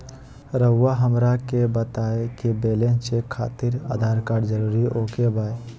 रउआ हमरा के बताए कि बैलेंस चेक खातिर आधार कार्ड जरूर ओके बाय?